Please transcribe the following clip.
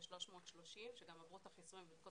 יש 330 שעברו כבר את החיסונים ובדיקות